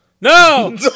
No